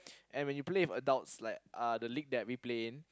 and when you play with adults like uh the league that we play in